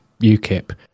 UKIP